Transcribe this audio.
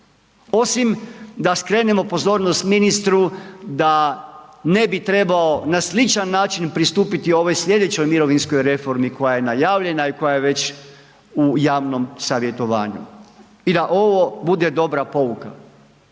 osim da skrenemo pozornost ministru da ne bi trebao na sličan način pristupiti ovoj slijedećoj mirovinskoj reformi koja je najavljena i koja je već u javnom savjetovanju i da ovo bude dobra pouka.